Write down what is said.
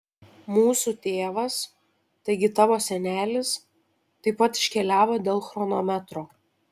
mūsų tėvas taigi tavo senelis taip pat iškeliavo dėl chronometro